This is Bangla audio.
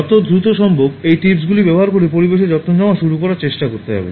যত দ্রুত সম্ভব এই টিপসটি ব্যবহার করে পরিবেশের যত্ন নেওয়া শুরু করার চেষ্টা করব